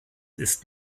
ist